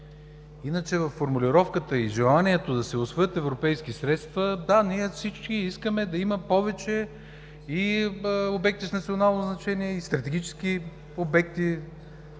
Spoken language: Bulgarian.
Иначе във формулировката и желанието да се усвоят европейски средства – да, ние всички искаме да има повече и обекти с национално значение, и стратегически обекти,